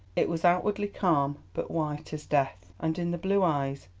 it was outwardly calm but white as death, and in the blue eyes,